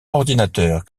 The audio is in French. ordinateur